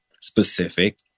specific